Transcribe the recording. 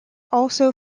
also